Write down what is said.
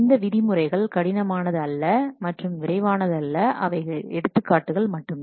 இந்த விதிமுறைகள் கடினமானதல்ல மற்றும் விரைவானதல்ல அவைகள் எடுத்துக்காட்டுகள் மட்டுமே